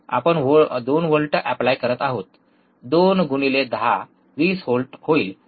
आपण 2 volt apply करत आहोत २ गुणिले १० २० व्होल्ट होईल